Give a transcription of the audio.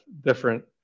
different